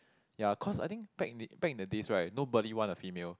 ya cause I think back in the back in the days right nobody want a female